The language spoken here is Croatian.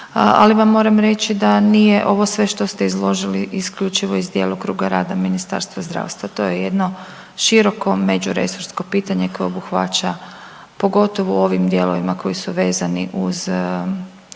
ali vam moram reći da nije ovo sve što ste izložili isključivo iz djelokruga rada Ministarstva zdravstva, to je jedno široko međuresorsko pitanje koje obuhvaća pogotovo u ovim dijelovima koji su vezani uz